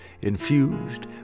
infused